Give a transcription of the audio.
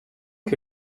que